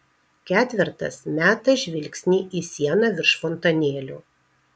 ketvertas meta žvilgsnį į sieną virš fontanėlio